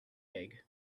egg